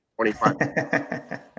25